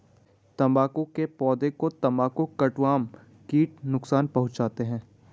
तंबाकू के पौधे को तंबाकू कटवर्म कीट नुकसान पहुंचाते हैं